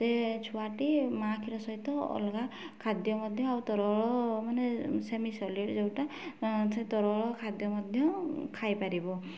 ସେ ଛୁଆଟି ମାଁ କ୍ଷୀର ସହିତ ଅଲଗା ଖାଦ୍ୟ ମଧ୍ୟ ଆଉ ତରଳ ମାନେ ସେମିସଲିଡ୍ ଯେଉଁଟା ସେ ତରଳ ଖାଦ୍ୟ ମଧ୍ୟ ଖାଇପାରିବ